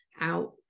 out